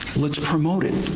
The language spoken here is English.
let's promote it.